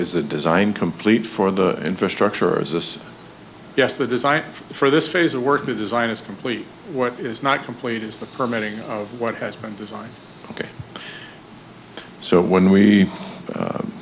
design complete for the infrastructure or is this yes the design for this phase of work the design is complete what is not complete is the permitting of what has been designed ok so when we u